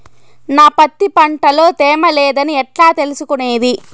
నా పత్తి పంట లో తేమ లేదని ఎట్లా తెలుసుకునేది?